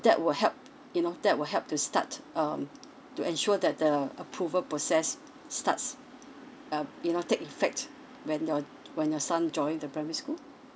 that will help you know that will help to start um to ensure that the approval process starts um you know take effect when your when your son joins the primary school